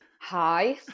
Hi